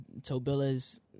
Tobilla's